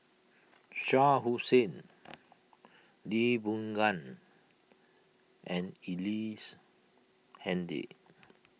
Shah Hussain Lee Boon Ngan and Ellice Handy